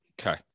Okay